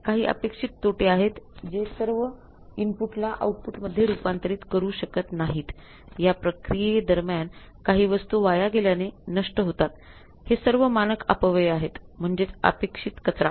काही अपेक्षित तोटे आहेत जे सर्व इनपुटला आउटपुटमध्ये रूपांतरित करू शकत नाहीत या प्रक्रिये दरम्यान काही वस्तू वाया गेल्याने नष्ट होतात ते सर्व मानक अपव्यय आहेत म्हणजेच अपेक्षित कचरा